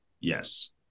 Yes